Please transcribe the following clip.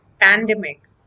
pandemic